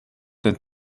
den